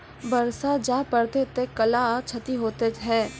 बरसा जा पढ़ते थे कला क्षति हेतै है?